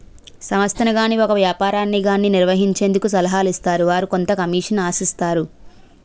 సంస్థను గాని ఒక వ్యాపారాన్ని గాని నిర్వహించేందుకు సలహాలు ఇస్తారు వారు కొంత కమిషన్ ఆశిస్తారు